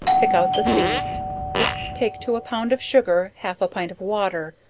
pick out the seeds take to a pound of sugar, half a pint of water,